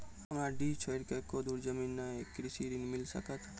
हमरा डीह छोर एको धुर जमीन न या कृषि ऋण मिल सकत?